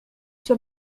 sur